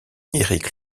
éric